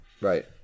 Right